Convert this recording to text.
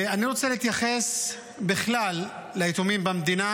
אני רוצה להתייחס ליתומים במדינה בכלל.